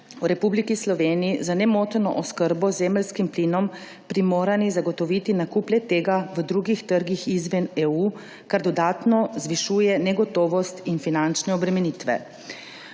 v Republiki Sloveniji za nemoteno oskrbo z zemeljskim plinom primorani zagotoviti nakup le-tega na drugih trgih izven EU, kar dodatno zvišuje negotovost in finančne obremenitve.